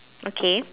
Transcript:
okay